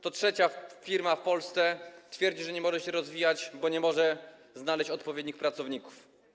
Co trzecia firma w Polsce twierdzi, że nie może się rozwijać, bo nie może znaleźć odpowiednich pracowników.